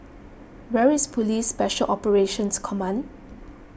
where is Police Special Operations Command